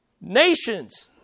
nations